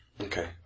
okay